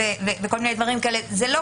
לדעתי זה יותר